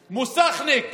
מוסכניק,